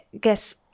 guess